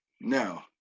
No